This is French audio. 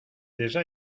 déjà